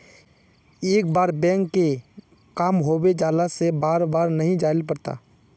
एक बार बैंक के काम होबे जाला से बार बार नहीं जाइले पड़ता?